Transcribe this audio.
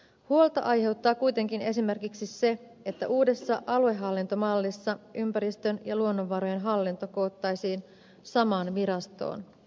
huolta aiheuttaa kuitenkin esimerkiksi se että uudessa aluehallintomallissa ympäristön ja luonnonvarojen hallinto koottaisiin samaan virastoon